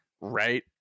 right